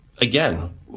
Again